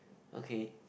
okay